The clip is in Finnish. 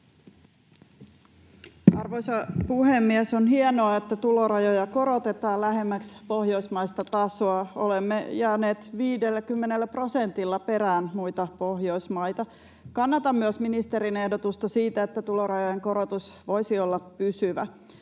Arvoisa puhemies! On hienoa, että tulorajoja korotetaan lähemmäksi pohjoismaista tasoa, olemme jääneet 50 prosentilla perään muita Pohjoismaita. Kannatan myös ministerin ehdotusta siitä, että tulorajojen korotus voisi olla pysyvä.